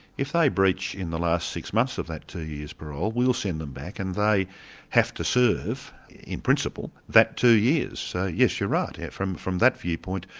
if they breach in the last six months of that two years parole, we'll send them back, and they have to serve in principle, that two years. so yes, you're right, from from that viewpoint,